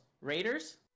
Raiders